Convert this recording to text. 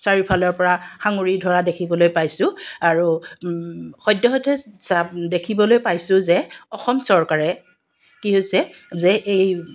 চাৰিওফালৰ পৰা সাঙুৰি ধৰা দেখিবলৈ পাইছোঁ আৰু সদ্যহতে চা দেখিবলৈ পাইছোঁ যে অসম চৰকাৰে কি হৈছে যে এই